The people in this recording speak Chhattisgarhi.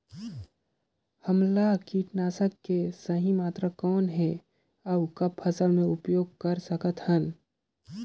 हमला कीटनाशक के सही मात्रा कौन हे अउ कब फसल मे उपयोग कर सकत हन?